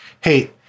Hey